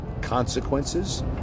consequences